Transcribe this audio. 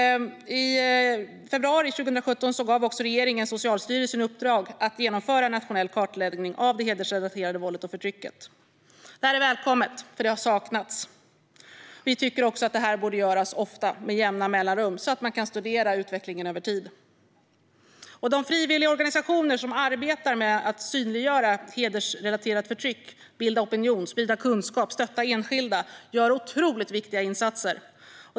I februari 2017 gav regeringen Socialstyrelsen i uppdrag att genomföra en nationell kartläggning av det hedersrelaterade våldet och förtrycket. Det är välkommet, för det har saknats. Vi tycker att detta borde göras ofta, med jämna mellanrum, så att man kan studera utvecklingen över tid. De frivilliga organisationer som arbetar med att synliggöra hedersrelaterat förtryck, bilda opinion, sprida kunskap och stötta enskilda gör otroligt viktiga insatser.